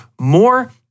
more